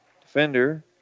defender